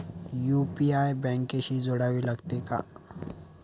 UPI बँकेशी जोडावे लागते का?